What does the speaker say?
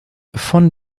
von